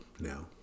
No